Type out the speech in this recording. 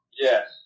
Yes